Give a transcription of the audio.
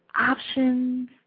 Options